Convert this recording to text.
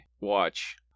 watch